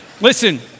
Listen